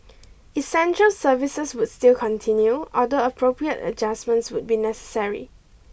essential services would still continue although appropriate adjustments would be necessary